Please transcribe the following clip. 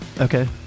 Okay